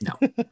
no